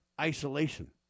isolation